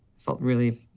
felt, really.